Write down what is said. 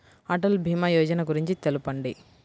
అటల్ భీమా యోజన గురించి తెలుపండి?